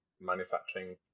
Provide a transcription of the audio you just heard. manufacturing